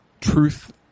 truth